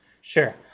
Sure